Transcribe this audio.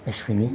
अश्विनी